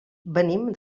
venim